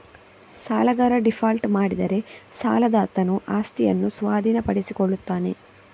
ಸಾಲಗಾರ ಡೀಫಾಲ್ಟ್ ಮಾಡಿದರೆ ಸಾಲದಾತನು ಆಸ್ತಿಯನ್ನು ಸ್ವಾಧೀನಪಡಿಸಿಕೊಳ್ಳುತ್ತಾನೆ